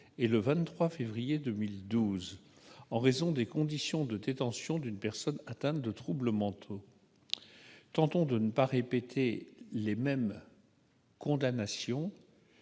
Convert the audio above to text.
et le 23 février 2012, en raison des conditions de détention d'une personne atteinte de troubles mentaux. Tentons de ne pas encourir à nouveau les mêmes condamnations.